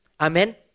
Amen